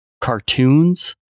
cartoons